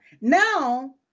Now